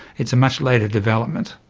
it's a much later development.